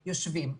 יושבים.